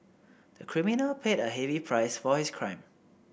the criminal paid a heavy price for his crime